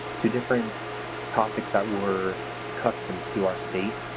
to different topics that were custom to our state.